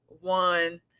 one